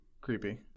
creepy